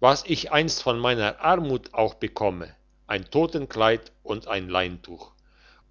was ich einst von meiner armut auch bekomme ein totenkleid und ein leintuch